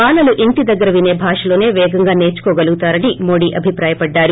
బాలలు ఇంటి దగ్గర వినే భాషలోసే పేగంగా నేర్సుకోగలుగుతారని మోదీ చెప్పారు